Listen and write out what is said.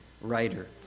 writer